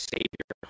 Savior